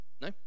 No